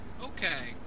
Okay